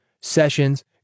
Sessions